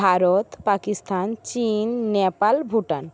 ভারত পাকিস্তান চিন নেপাল ভুটান